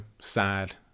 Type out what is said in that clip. sad